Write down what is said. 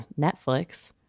Netflix